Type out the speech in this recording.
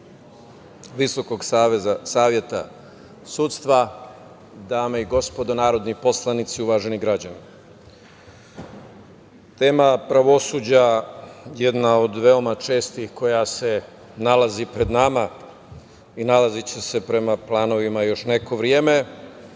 Visokog saveta sudstva, dame i gospodo narodni poslanici, uvaženi građani, tema pravosuđa, jedna od veoma čestih koja se nalazi pred nama i nalaziće se prema planovima još neko vreme,